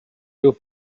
you